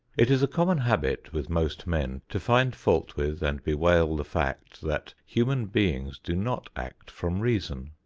it is a common habit with most men to find fault with and bewail the fact that human beings do not act from reason.